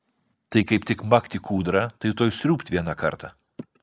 tai kaip tik makt į kūdrą tai tuoj sriūbt vieną kartą